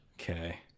Okay